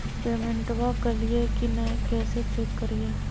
पेमेंटबा कलिए की नय, कैसे चेक करिए?